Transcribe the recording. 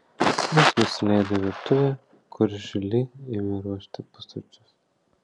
jos nusileido į virtuvę kur žiuli ėmė ruošti pusryčius